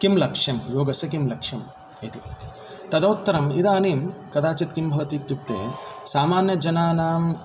किं लक्ष्यं योगस्य किं लक्ष्यम् इति तदोत्तरं इदानीं कदाचित् किं भवति इत्युक्ते सामान्यजनानां